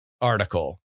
article